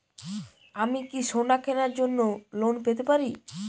আমি কি সোনা কেনার জন্য লোন পেতে পারি?